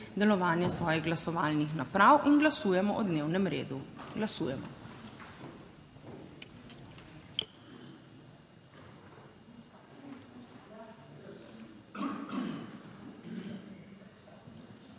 delovanje svojih glasovalnih naprav in glasujemo o dnevnem redu. Glasujemo.